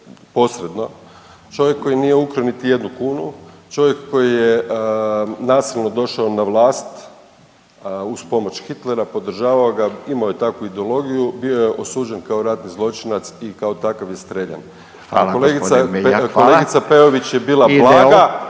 posredno, čovjek koji nije ukrao niti jednu kunu, čovjek koji je nasilno došao na vlast uz pomoć Hitlera, podržavao ga, imao je takvu ideologiju, bio je osuđen kao ratni zločinac i kao takav je strijeljan …/Upadica: Hvala g. Beljak, hvala/…, a kolegica, kolegica Peović je bila blaga,